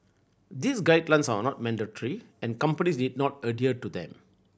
these guidelines are not mandatory and companies need not adhere to them